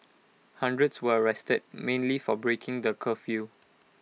hundreds were arrested mainly for breaking the curfew